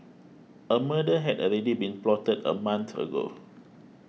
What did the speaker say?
a murder had already been plotted a month ago